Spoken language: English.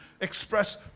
express